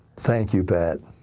thank you, pat.